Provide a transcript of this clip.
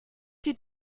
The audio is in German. die